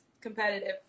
competitive